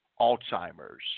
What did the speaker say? Alzheimer's